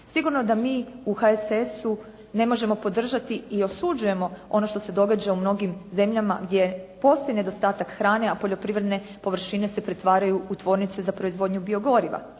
Sigurno da mi u HSS-u ne možemo podržati i osuđujemo ono što se događa u mnogim zemljama gdje postoji nedostatak hrane a poljoprivredne površine se pretvaraju u tvornice za proizvodnju biogoriva,